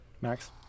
Max